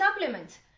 supplements